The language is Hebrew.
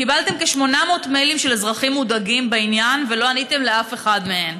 קיבלתם כ-800 מיילים של אזרחים מודאגים בעניין ולא עניתם לאף אחד מהם.